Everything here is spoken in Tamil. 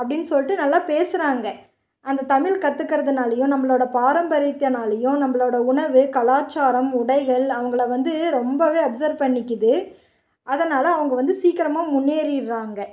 அப்படின்னு சொல்லிட்டு நல்லா பேசுகிறாங்க அந்த தமிழ் கற்றுக்கிறதுனாலயும் நம்மளோட பாரம்பரியத்துனாலயும் நம்மளோட உணவு கலாச்சாரம் உடைகள் அவங்களை வந்து ரொம்பவே அப்சர் பண்ணிக்கிறது அதனால் அவங்க வந்து சீக்கிரம் முன்னேறிடுறாங்க